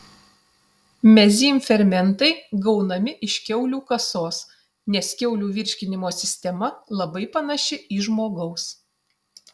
mezym fermentai gaunami iš kiaulių kasos nes kiaulių virškinimo sistema labai panaši į žmogaus